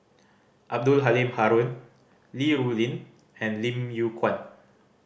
Abdul Halim Haron Li Rulin and Lim Yew Kuan